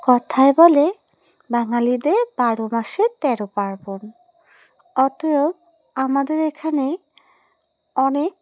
কথায় বলে বাঙালিদের বারো মাসে তেরো পার্বণ অতএব আমাদের এখানে অনেক